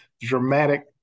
dramatic